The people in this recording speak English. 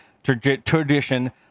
tradition